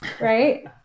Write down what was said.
right